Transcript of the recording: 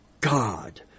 God